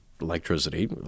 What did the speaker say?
electricity